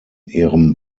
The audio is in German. ihrem